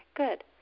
Good